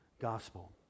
gospel